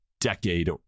decade